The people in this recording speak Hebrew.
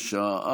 התקבלה בקריאה